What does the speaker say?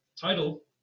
Title